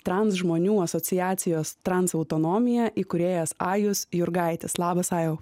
trans žmonių asociacijos trans autonomija įkūrėjas ajus jurgaitis labas ajau